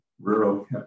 Rural